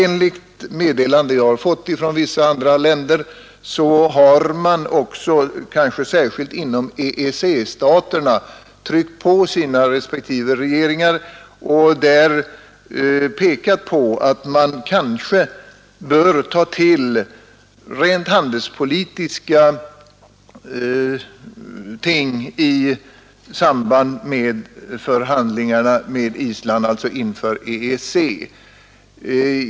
Enligt meddelande som jag fått från vissa andra länder har man också, kanske särskilt inom EEC-länderna, tryckt på hos sina respektive regeringar om att man kanske bör ta till rent handelspolitiska åtgärder vid Islands förhandlingar i samband med EEC.